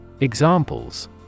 Examples